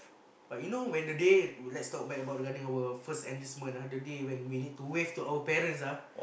but you know when the day let's talk back about regarding our of first enlistment ah the day when we have to wave to our parents ah